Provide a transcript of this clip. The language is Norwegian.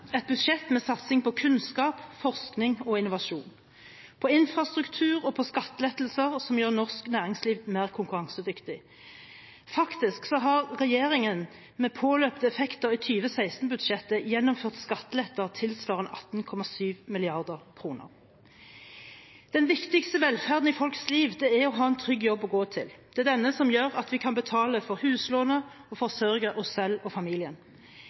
et budsjett med satsing på kunnskap, forskning og innovasjon, på infrastruktur og på skattelettelser som gjør norsk næringsliv mer konkurransedyktig. Faktisk har regjeringen med påløpte effekter i 2016-budsjettet gjennomført skatteletter tilsvarende 18,7 mrd. kr. Den viktigste velferden i folks liv er å ha en trygg jobb å gå til. Det er denne som gjør at vi kan betale for huslånet og forsørge oss selv og familien.